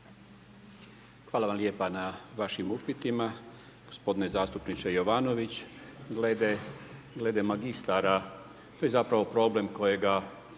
Hvala vam lijepo na vašim upitima, gospodine zastupniče Jovanović, glede magistara to je zapravo problem kojega